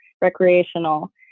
recreational